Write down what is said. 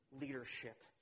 leadership